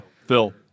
Phil